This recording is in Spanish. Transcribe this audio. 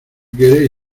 quieres